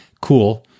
cool